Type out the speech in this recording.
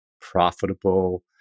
profitable